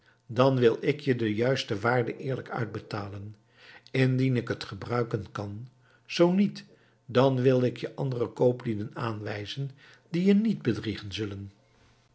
dan wil ik je de juiste waarde eerlijk uitbetalen indien ik het gebruiken kan zoo niet dan wil ik je andere kooplieden aanwijzen die je niet bedriegen zullen